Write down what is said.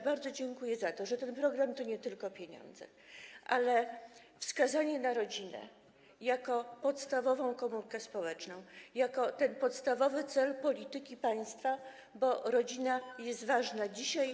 Bardzo dziękuję za to, że ten program to nie tylko pieniądze, ale wskazanie na rodzinę jako podstawową komórkę społeczną, jako ten podstawowy cel polityki państwa, bo rodzina jest ważna dzisiaj.